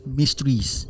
mysteries